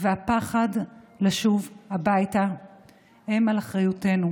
והפחד לשוב הביתה הם על אחריותנו,